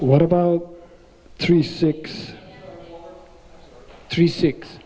what about three six three six